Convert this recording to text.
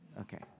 Okay